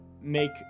make